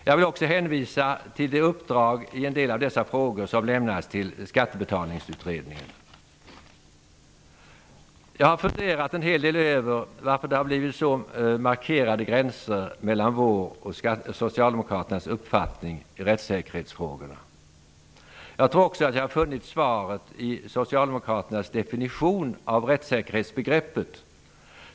Jag vill också hänvisa till det uppdrag i en del av dessa frågor som lämnats till Jag har funderat en hel del över varför det har blivit så markerade gränser mellan vår och Socialdemokraternas uppfattning i rättssäkerhetsfrågorna. Jag tror att jag har funnit svaret i Socialdemokraternas definition av rättssäkerhetsbegreppet.